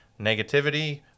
negativity